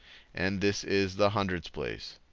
and this is the hundreds place.